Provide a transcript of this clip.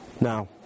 Now